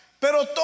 Pero